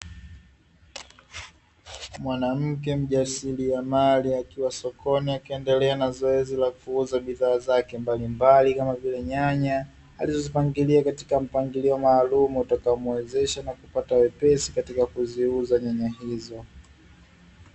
Mwanamke mjasiriamali akiwa sokoni, akiendelea na zoezi la kuuza bidhaa zake mbalimbali, kama vile nyanya; alizozipangilia katika mpangilio maalumu utakaomuwezesha na kupata wepesi katika kuziuza nyanya hizo.